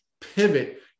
pivot